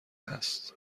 هست